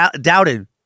doubted